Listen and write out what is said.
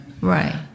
Right